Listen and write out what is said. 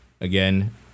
again